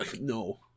No